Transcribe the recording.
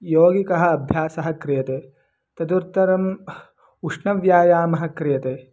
योगिकः अभ्यासः क्रियते तदुत्तरम् उष्णव्यायामः क्रियते